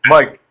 Mike